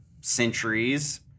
centuries